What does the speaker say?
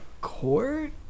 court